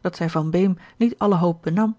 dat zij van beem niet alle hoop benam